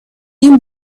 این